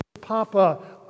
Papa